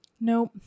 Nope